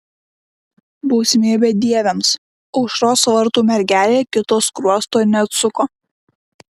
bausmė bedieviams aušros vartų mergelė kito skruosto neatsuko